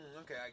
Okay